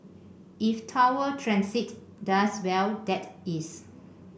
if Tower Transit does well that is